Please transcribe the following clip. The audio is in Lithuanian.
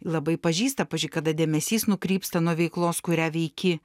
labai pažįsta pavyzdžiui kada dėmesys nukrypsta nuo veiklos kurią veiki